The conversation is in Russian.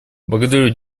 благодарю